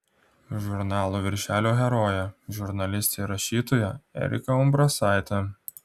žurnalo viršelio herojė žurnalistė ir rašytoja erika umbrasaitė